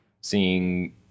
Seeing